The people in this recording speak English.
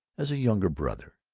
as a younger brother,